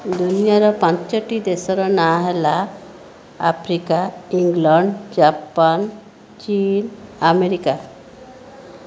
ଦୁନିଆର ପାଞ୍ଚଟି ଦେଶର ନାଁ ହେଲା ଆଫ୍ରିକା ଇଂଲଣ୍ଡ ଜାପାନ ଚୀନ ଆମେରିକା